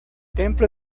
templo